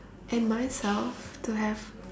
and myself to have